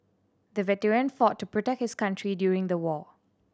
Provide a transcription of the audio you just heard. the veteran fought to protect his country during the war